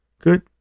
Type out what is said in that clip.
Good